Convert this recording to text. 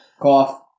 cough